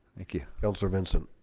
thank you else or vincent